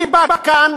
אני בא כאן,